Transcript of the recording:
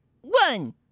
one